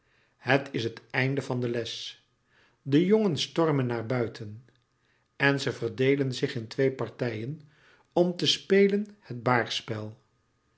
het is het einde van de les de jongens stormen naar buiten en ze verdeelen zich in twee partijen om te spelen het